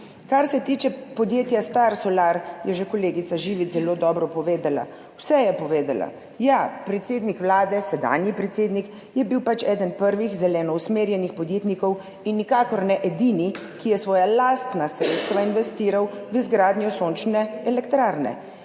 Kar se tiče podjetja Star Solar, je že kolegica Živic zelo dobro povedala, vse je povedala. Ja, predsednik Vlade, sedanji predsednik je bil pač eden prvih zeleno usmerjenih podjetnikov in nikakor ne edini, ki je svoja lastna sredstva investiral v izgradnjo sončne elektrarne.